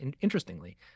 interestingly